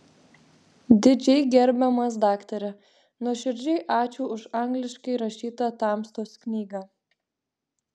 didžiai gerbiamas daktare nuoširdžiai ačiū už angliškai rašytą tamstos knygą